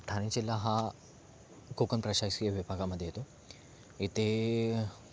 ठाने जिल्हा हा कोकन प्रशासकीय विभागामध्ये येतो येथे